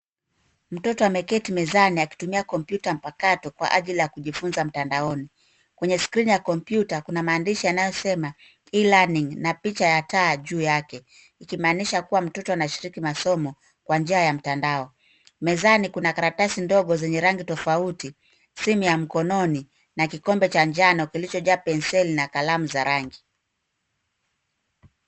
Mtoto ameketi mezani akitumia kompyuta mpakato kwa ajili ya kujifunza mtandaoni. Kwenye skrini ya kompyuta, kuna mandishi yanayosema e-learning na picha ya taa juu yake, ikimaanisha kuwa mtoto anashiriki masomo kwa njia ya mtandaoni. Mezani, kuna karatasi ndogo zenye rangi tofauti, simu ya mkononi, na kikombe cha njano kilichojaa penseli na kalamu za rangi.